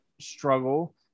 struggle